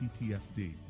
PTSD